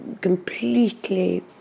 completely